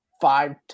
five